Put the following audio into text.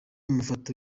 mafoto